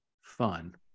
fun